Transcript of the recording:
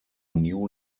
new